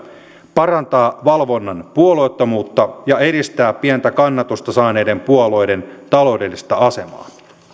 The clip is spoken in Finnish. parantaa valvonnan puolueettomuutta ja edistää pientä kannatusta saaneiden puolueiden taloudellista asemaa